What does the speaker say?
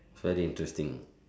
very interesting